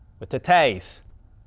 with tittays.